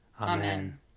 Amen